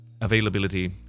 availability